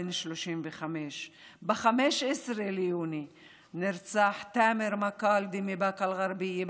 בן 35. ב-15 ביוני נרצח נאדר מקלאדה מבאקה אל-גרביה,